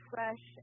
Fresh